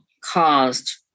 caused